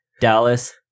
Dallas